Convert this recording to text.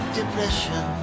depression